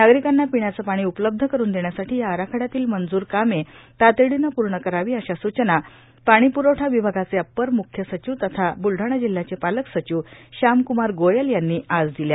नागरिकांना पिण्याचे पाणी उपलब्ध करून देण्यासाठी या आराखड्यातील मंजूर कामे तातडीने पूर्ण करावी अशा सूचना पाणीप्रवठा विभागाचे अप्पर मुख सचिव तथा ब्लडाणा जिल्ह्याचे पालक सचिव श्यामक्मार गोयल यांनी आज दिल्या